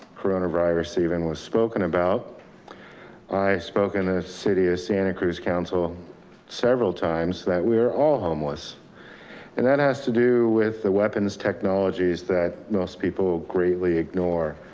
coronavirus even was spoken about i spoke in a city of santa cruz council several times that we are all homeless and that has to do with the weapons technologies that most people greatly ignore.